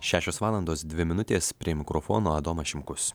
šešios valandos dvi minutės prie mikrofono adomas šimkus